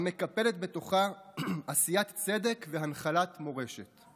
המקפלת בתוכה עשיית צדק והנחלת מורשת.